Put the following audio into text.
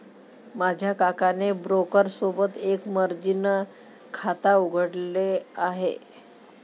माझ्या काकाने ब्रोकर सोबत एक मर्जीन खाता उघडले आहे